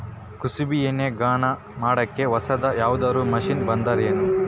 ಕುಸುಬಿ ಎಣ್ಣೆ ಗಾಣಾ ಮಾಡಕ್ಕೆ ಹೊಸಾದ ಯಾವುದರ ಮಷಿನ್ ಬಂದದೆನು?